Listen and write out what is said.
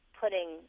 putting